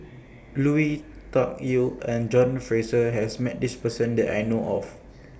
Lui Tuck Yew and John Fraser has Met This Person that I know of